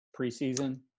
preseason